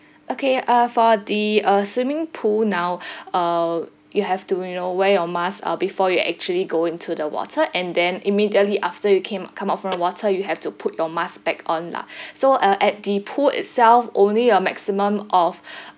okay uh for the uh swimming pool now uh you have to you know wear your mask ah before you actually go into the water and then immediately after you came come out from the water you have to put your mask back on lah so uh at the pool itself only a maximum of